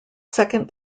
second